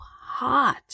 hot